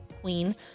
Queen